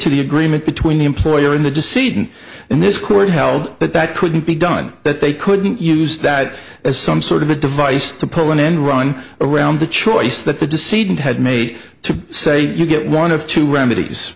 to the agreement between the employer and the deceit and in this court held that that couldn't be done that they couldn't use that as some sort of a device to pull an end run around the choice that the deceit and had made to say you get one of two remedies